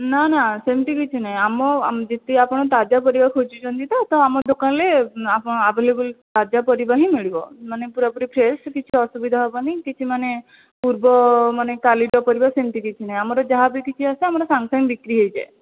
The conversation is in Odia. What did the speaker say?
ନା ନା ସେମିତି କିଛି ନାହିଁ ଆମ ଯେତିକି ଆପଣ ତାଜା ପରିବା ଖୋଜୁଛନ୍ତି ତ ତ ଆମ ଦୋକାନରେ ଆଭେଲେବୁଲ୍ ତାଜା ପରିବା ହିଁ ମିଳିବ ମାନେ ପୁରାପୁରି ଫ୍ରେସ୍ କିଛି ଅସୁବିଧା ହେବନି କିଛି ମାନେ ପୂର୍ବ ମାନେ କାଲିର ପରିବା ସେମିତି କିଛି ନାହିଁ ଆମର ଯାହା ବି କିଛି ଆସେ ଆମର ସାଙ୍ଗେ ସାଙ୍ଗେ ବିକ୍ରି ହୋଇଯାଏ